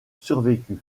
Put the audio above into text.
survécu